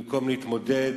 במקום להתמודד,